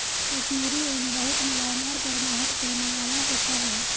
कश्मीरी ऊन बहुत मुलायम और गर्माहट देने वाला होता है